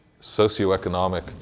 socioeconomic